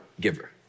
giver